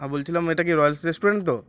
হ্যা বলছিলাম এটা কি রয়েলস রে্টুরেন্ট তো